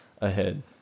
ahead